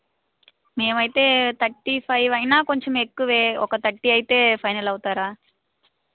మేము అయితే thirty five అయిన కొంచం ఎక్కువ ఒక థర్టీ అయితే ఫైనల్ అవుతారా